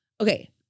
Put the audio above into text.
Okay